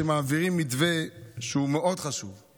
שמעבירים בו מתווה שהוא חשוב מאוד,